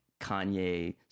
Kanye